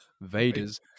Vader's